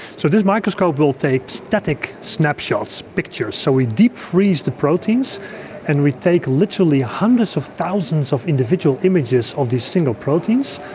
so this microscope will take static snapshots, pictures. so we deep freeze the proteins and we take literally hundreds of thousands of individual images of these single proteins,